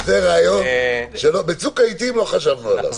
זה רעיון שבצוק העיתים לא חשבנו עליו.